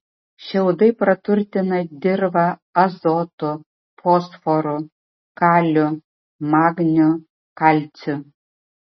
šiaudai praturtina dirvą azotu fosforu kaliu magniu kalciu